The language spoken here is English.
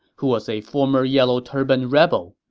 who was a former yellow turban rebel.